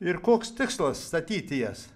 ir koks tikslas statyti jas